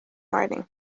writing